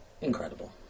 incredible